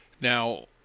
Now